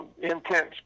intense